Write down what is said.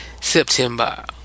september